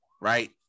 right